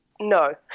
no